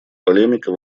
полемика